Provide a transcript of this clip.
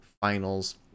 finals